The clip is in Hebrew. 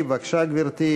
וברגליו.